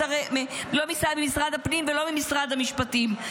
לא ממשרד הפנים ולא ממשרד המשפטים.